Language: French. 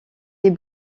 est